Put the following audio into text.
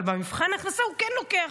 אבל במבחן ההכנסה הוא כן לוקח.